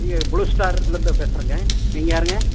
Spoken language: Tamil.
ப்ளூ ஸ்டார்லிருந்து பேசுகிறேங்க நீங்கள் யாருங்க